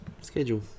schedule